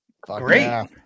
Great